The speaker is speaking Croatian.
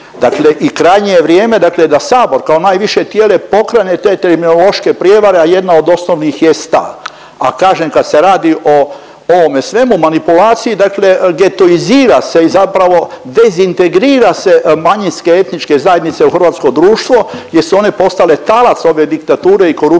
sukobi i krajnje je vrijeme da Sabor kao najviše tijelo pokrene te terminološke prijevare, a jedna od osnovnih jest ta. A kažem kad se radi o ovome svemu manipulaciji dakle getoizira se i zapravo dezintegrira se manjinske etničke zajednice u hrvatsko društvo jer su one postale talac ove diktature i korupcijske